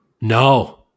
No